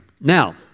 Now